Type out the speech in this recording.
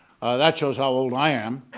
that shows how old i am.